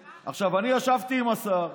לא, אמרתי --- עכשיו אני ישבתי עם השר,